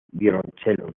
violonchelo